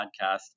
podcast